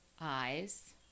eyes